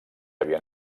havien